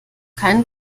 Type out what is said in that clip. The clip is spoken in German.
keinen